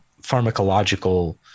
pharmacological